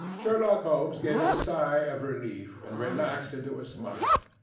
sherlock holmes gave a sigh of relief, and relaxed into a smile.